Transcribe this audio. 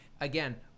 again